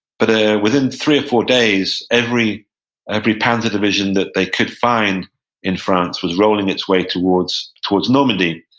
but ah within three or four days every every panzer division that they could find in france was rolling its way towards towards normandy.